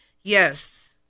Yes